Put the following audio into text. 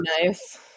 nice